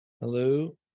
Hello